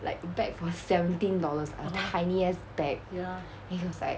like bag for seventeen dollars a tiniest bag and he was like